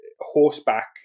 horseback